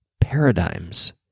paradigms